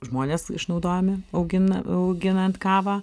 žmonės išnaudojami auginam auginant kavą